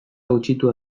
gutxitua